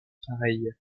pareilles